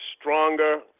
stronger